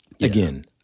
Again